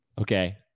Okay